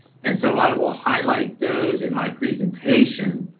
and so i will highlight those in my presentation.